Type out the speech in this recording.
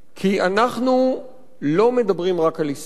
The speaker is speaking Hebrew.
כי אנחנו לא מדברים רק על היסטוריה,